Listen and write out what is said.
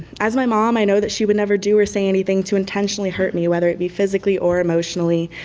as my mom, i know that she would never do or say anything to intentionally hurt me whether it be physically or emotionally,